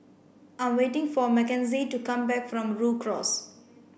I'm waiting for Makenzie to come back from Rhu Cross